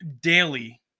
daily